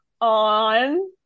on